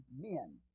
men